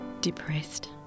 depressed